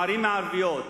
בערים הערביות,